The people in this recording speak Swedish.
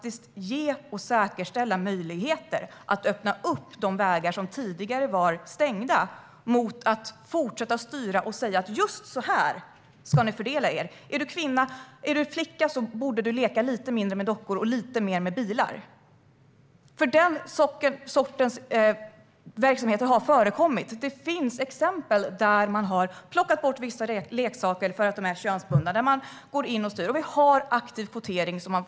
Det handlar om att säkerställa ett öppnande av de vägar som tidigare var stängda kontra att fortsätta styra och säga precis hur män och kvinnor ska fördela sig. Man vill få flickor att leka mindre med dockor och mer med bilar. Den sortens verksamhet förekommer. Det finns till exempel ställen där man går in och styr och plockar bort vissa leksaker för att de är könsbundna. Ni fortsätter också att stödja aktiv kvotering.